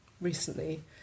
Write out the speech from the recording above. recently